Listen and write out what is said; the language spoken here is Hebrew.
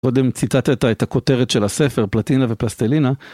קודם ציטטת את הכותרת של הספר, פלטינה ופלסטלינה.